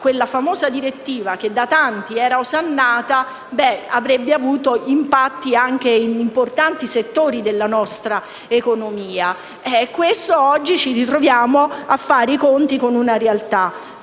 quella famosa direttiva, da tanti osannata, avrebbe avuto impatti anche in importanti settori della nostra economia. Per questo oggi ci ritroviamo con una realtà